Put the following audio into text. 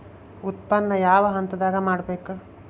ಉತ್ಪನ್ನ ಯಾವ ಹಂತದಾಗ ಮಾಡ್ಬೇಕ್?